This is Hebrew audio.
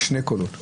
על שני קולות,